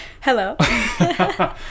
hello